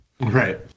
right